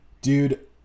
dude